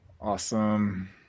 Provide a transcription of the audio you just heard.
Awesome